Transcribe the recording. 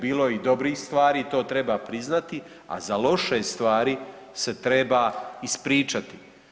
Bilo je i dobrih stvari i to treba priznati, a za loše stvari se treba ispričati.